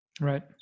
Right